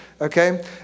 Okay